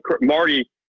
Marty